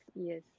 yes